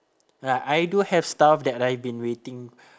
like I do have stuff that I've been waiting